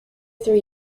three